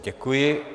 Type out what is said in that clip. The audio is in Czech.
Děkuji.